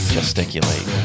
Gesticulate